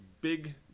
big